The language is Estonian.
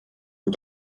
kui